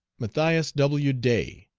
matthias w. day,